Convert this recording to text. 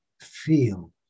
feel